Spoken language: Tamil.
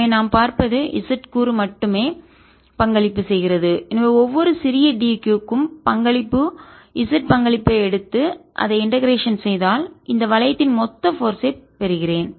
எனவே நாம் பார்ப்பது z கூறு மட்டுமே பங்களிப்பு செய்கிறது எனவே ஒவ்வொரு சிறிய d q க்கும் பங்களிப்பு z பங்களிப்பை எடுத்து அதை இண்டெகரேஷன் செய்தால் ஒருங்கிணைத்தால் இந்த வளையத்தின் மொத்த போர்ஸ் ஐ பெறுகிறேன்